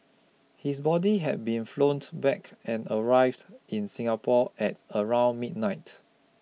his body had been flownt back and arrived in Singapore at around midnight